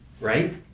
right